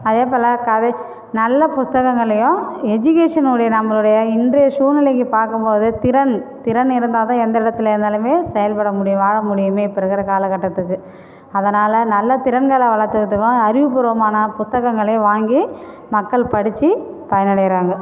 அதே போல கதை நல்ல புஸ்தகங்களையும் எஜிகேஷனோடய நம்பளோடைய இன்றைய சூழ்நிலைக்கி பார்க்கம்போது திறன் திறன் இருந்தாதான் எந்த இடத்தில இருந்தாலுமே செயல்பட முடியும் வாழ முடியுமே இப்போருக்கற காலகட்டத்துக்கு அதனால் நல்ல திறன்களை வளர்த்துக்கிட்டுதான் அறிவுபூர்வமான புஸ்தகங்களை வாங்கி மக்கள் படித்து பயன் அடைகிறாங்க